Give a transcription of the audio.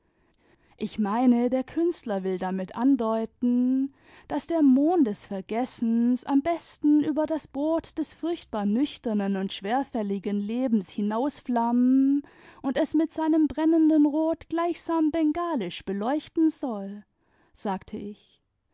ich meine der künstler will damit andeuten daß der mohn des vergessens am besten über das brot des furchtbar nüchternen imd schwerfälligen lebens hinausflammen und es mit seinem brennenden rot gleichsam bengalisch beleuchten soll sagte ich